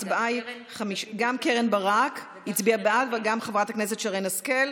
בהצבעה גם קרן ברק הצביעה בעד וגם חברת הכנסת שרן השכל.